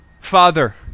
Father